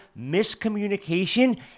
miscommunication